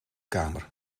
kamer